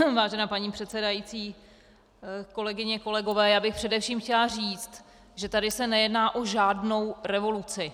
Vážená paní předsedající, kolegyně, kolegové, já bych především chtěla říct, že tady se nejedná o žádnou revoluci.